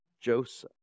Joseph